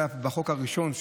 בחוק הראשון,